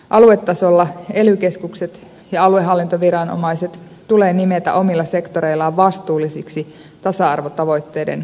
aluetasolla ely keskukset ja aluehallintoviranomaiset tulee nimetä omilla sektoreillaan vastuullisiksi tasa arvotavoitteiden edistämisestä alueillaan